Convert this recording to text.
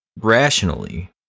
rationally